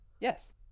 yes